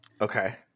Okay